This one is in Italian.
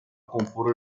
comporre